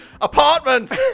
apartment